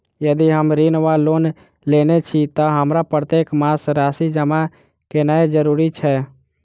यदि हम ऋण वा लोन लेने छी तऽ हमरा प्रत्येक मास राशि जमा केनैय जरूरी छै?